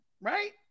right